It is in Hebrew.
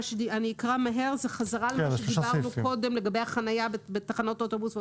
שדיברנו קודם לגבי החניה בתחנות אוטובוס.